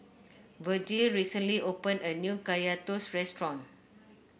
Virgel recently opened a new Kaya Toast restaurant